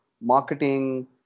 marketing